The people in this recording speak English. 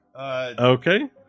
Okay